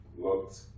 looked